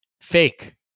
fake